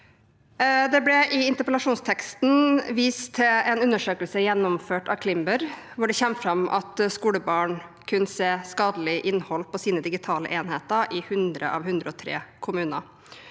Det blir i interpellasjonsteksten vist til en undersøkelse gjennomført av Climbr, hvor det kommer fram at skolebarn kunne se skadelig innhold på sine digitale enheter i 100 av 103 kommuner.